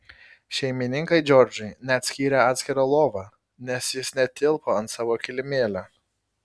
šeimininkai džordžui net skyrė atskirą lovą nes jis netilpo ant savo kilimėlio